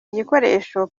igikoresho